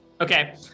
Okay